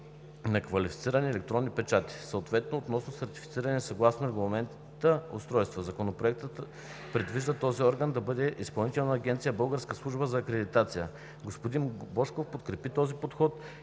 на квалифицирани електронни печати, съответно относно сертифицираните съгласно Регламента устройства. Законопроектът предвижда този орган да бъде Изпълнителна агенция „Българска служба за акредитация“. Господин Божков подкрепи този подход